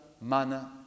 manner